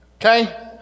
Okay